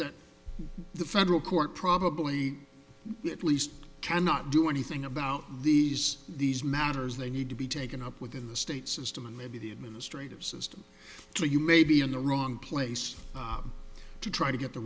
that the federal court probably at least cannot do anything about these these matters they need to be taken up within the state system and maybe the administrative system to you may be in the wrong place to try to get the